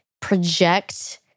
project